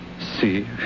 See